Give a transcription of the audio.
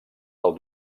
del